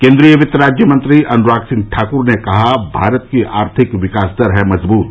केन्द्रीय वित्त राज्यमंत्री अनुराग सिंह ठाकुर ने कहा कि भारत की आर्थिक विकास दर है मजबूत